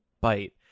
bite